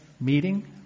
meeting